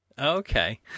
okay